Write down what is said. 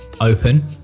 open